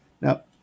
Now